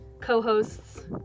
co-hosts